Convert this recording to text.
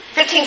15